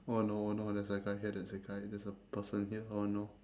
oh no oh no there's a guy here there's a guy there's a person here oh no